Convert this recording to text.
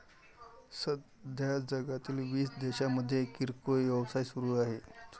सध्या जगातील वीस देशांमध्ये किरकोळ व्यवसाय सुरू आहेत